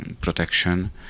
protection